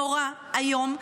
נורא ואיום.